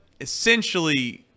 essentially –